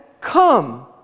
come